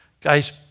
Guys